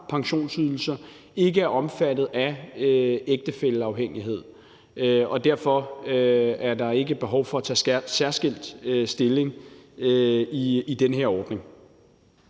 pensionsydelser ikke er omfattet af ægtefælleafhængighed. Derfor er der ikke behov for at tage særskilt stilling i den her ordning.